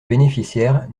bénéficiaires